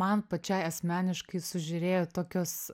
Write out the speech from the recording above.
man pačiai asmeniškai sužėrėjo tokios